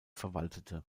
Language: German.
verwaltete